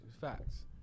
facts